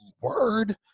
word